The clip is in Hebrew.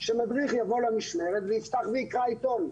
שמדריך יבוא למשמרת ויפתח ויקרא עיתון.